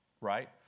right